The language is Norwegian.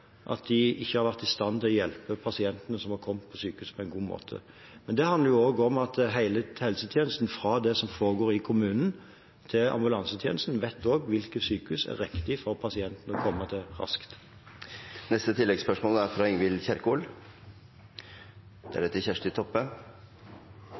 at de ikke har vært i stand til å hjelpe pasientene som har kommet til sykehuset, på en god måte. Men det handler også om at hele helsetjenesten, fra det som foregår i kommunen til ambulansetjenesten, vet hvilket sykehus som er riktig for pasienten å komme til raskt.